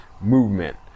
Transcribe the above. movement